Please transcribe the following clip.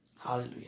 Hallelujah